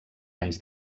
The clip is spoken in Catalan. anys